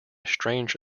strange